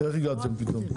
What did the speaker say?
איך הגעתם פתאום?